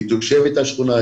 היא תושבת השכונה,